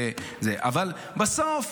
אבל בסוף,